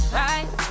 right